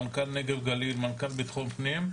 מנכ"ל נגב גליל ומנכ"ל ביטחון פנים,